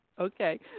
Okay